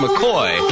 McCoy